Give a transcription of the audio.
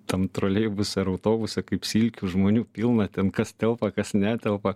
tam troleibuse ar autobuse kaip silkių žmonių pilna ten kas telpa kas netelpa